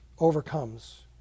Overcomes